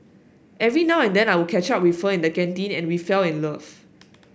every now and then I would catch up with her in the canteen and we fell in love